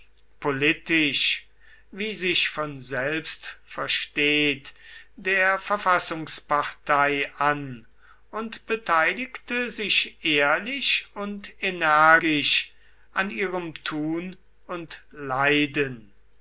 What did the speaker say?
politisch wie sich von selbst versteht der verfassungspartei an und beteiligte sich ehrlich und energisch an ihrem tun und leiden